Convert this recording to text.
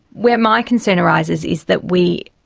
where my concern arises is that we.